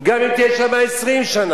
גם אם תהיה שם 20 שנה.